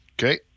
Okay